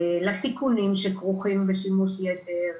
לסיכונים שכרוכים בשימוש יתר,